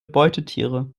beutetiere